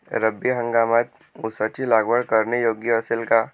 रब्बी हंगामात ऊसाची लागवड करणे योग्य असेल का?